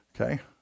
okay